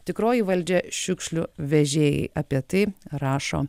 tikroji valdžia šiukšlių vežėjai apie tai rašo